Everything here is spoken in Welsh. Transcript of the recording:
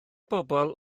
pobl